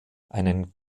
einen